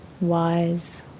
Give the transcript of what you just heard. wise